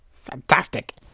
fantastic